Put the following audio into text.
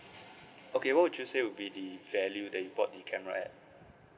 okay what would you say would be the value that you bought the camera at